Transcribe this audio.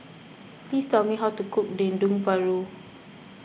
please tell me how to cook Dendeng Paru